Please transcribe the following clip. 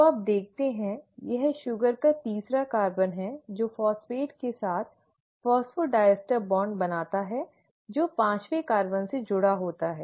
तो आप हमेशा देखते हैं यह शुगर का तीसरा कार्बन है जो फॉस्फेट के साथ फॉस्फोडाइस्टर बॉन्ड बनाता है जो पांचवें कार्बन से जुड़ा होता है